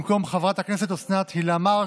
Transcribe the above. במקום חברת הכנסת אוסנת הילה מארק,